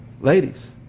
Ladies